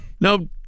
No